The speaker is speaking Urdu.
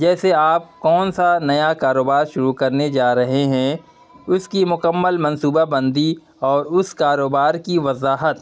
جیسے آپ کون سا نیا کاروبار شروع کرنے جا رہے ہیں اس کی مکمل منصوبہ بندی اور اس کاروبار کی وضاحت